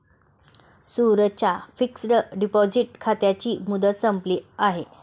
सूरजच्या fixed deposit खात्याची मुदत संपली आहे